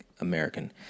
American